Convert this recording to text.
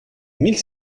mille